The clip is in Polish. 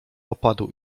opadł